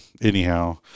anyhow